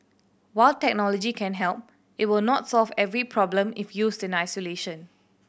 while technology can help it will not solve every problem if used in isolation